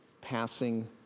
passing